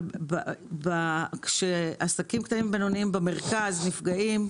אם עסקים קטנים ובינוניים במרכז נפגעים,